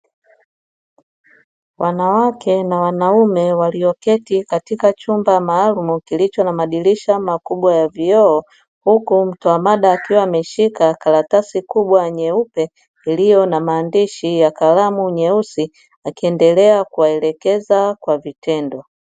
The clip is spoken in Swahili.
Wanawake na wanaume, walioketi katika chumba maalumu kilicho na madirisha makubwa ya vioo, huku mtoa mada akiwa ameshika karatasi kubwa nyeupe iliyo na maandishi ya kalamu nyeusi, akiendelea kuwaelekeza kwa vitendo.